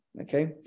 okay